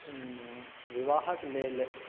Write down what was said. विवाहक लेल